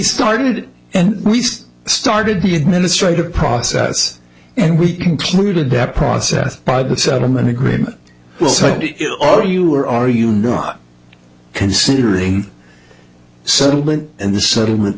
started it and we still started the administrative process and we concluded that process by the settlement agreement well so are you or are you not considering settlement and the settlement